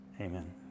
Amen